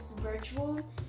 virtual